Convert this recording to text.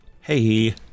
Hey